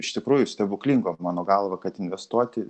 iš tikrųjų stebuklingo mano galva kad investuoti